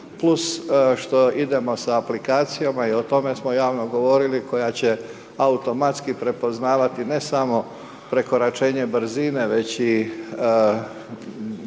plus što idemo sa aplikacijama i o tome smo javno govorili koja će automatski prepoznavati ne samo prekoračenje brzine, već i ukoliko